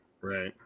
right